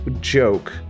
joke